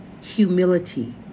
humility